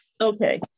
Okay